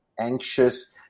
anxious